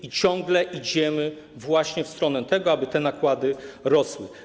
I ciągle idziemy właśnie w stronę tego, aby te nakłady rosły.